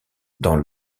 dans